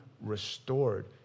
restored